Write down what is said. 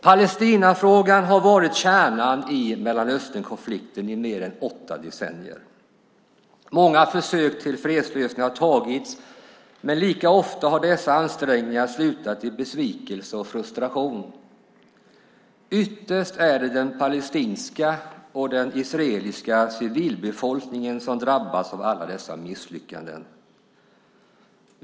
Palestinafrågan har varit kärnan i Mellanösternkonflikten i mer än åtta decennier. Många försök till fredslösningar har tagits, men lika ofta har dessa ansträngningar slutat i besvikelse och frustration. Ytterst är det den palestinska och den israeliska civilbefolkningen som drabbas av alla dessa misslyckanden.